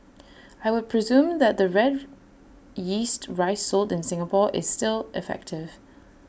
I would presume that the Red Yeast Rice sold in Singapore is still effective